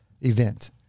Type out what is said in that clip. event